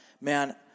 man